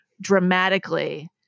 dramatically